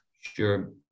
Sure